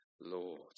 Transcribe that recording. Lord